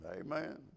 Amen